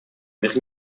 мир